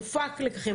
הופקו לקחים.